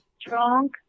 strong